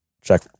Check